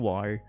War